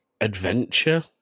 adventure